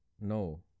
No